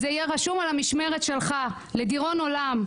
זה יהיה רשום על המשמרת שלו לדיראון עולם.